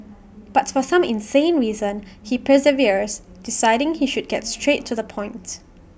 but for some insane reason he perseveres deciding he should get straight to the points